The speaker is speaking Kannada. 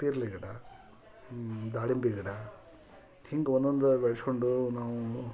ಪೇರಲೆ ಗಿಡ ದಾಳಿಂಬೆ ಗಿಡ ಹೀಗ್ ಒಂದೊಂದು ಬೆಳೆಸ್ಕೊಂಡು ನಾವು